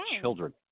children